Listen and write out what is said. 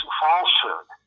falsehood